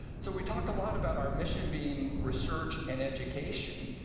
so we talk a lot about our mission being research and education,